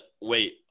wait